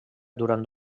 durant